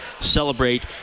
Celebrate